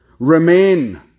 Remain